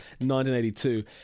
1982